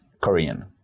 Korean